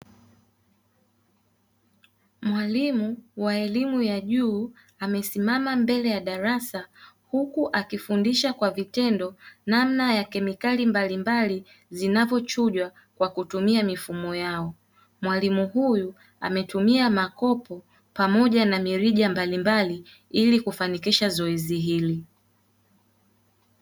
Mwalimu wa elimu ya juu, amesimama mbele ya darasa, huku akifundisha kwa vitendo namna ya kemikali mbalimbali zinavyochujwa kwa kutumia mifumo yao. Mwalimu huyu ametumia makopo pamoja na mirija mbalimbali ili kufanikisha zoezi hili.